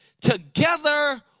together